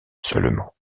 seulement